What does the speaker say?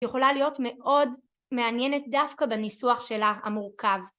יכולה להיות מאוד מעניינת דווקא בניסוח שלה המורכב.